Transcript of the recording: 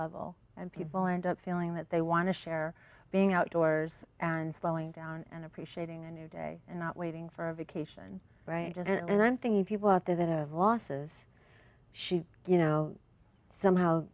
level and people end up feeling that they want to share being outdoors and slowing down and appreciating a new day and not waiting for a vacation right and one thing people out there that have losses she you know somehow